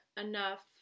enough